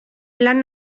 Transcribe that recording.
lan